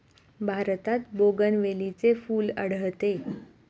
भारतात बोगनवेलीचे फूल आढळते